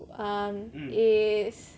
um is